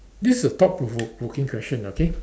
this a thought provoking question okay